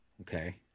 Okay